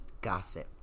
gossip